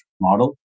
model